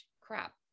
crap